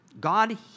God